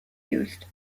used